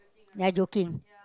ya joking